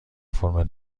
فرم